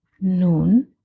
Nun